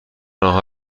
آنها